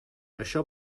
això